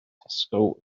tesco